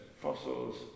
fossils